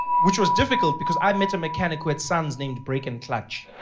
which was difficult because i met a mechanic, who had sons named brake and clutch.